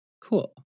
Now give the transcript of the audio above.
Cool